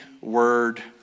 Word